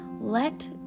Let